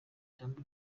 cyangwa